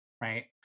right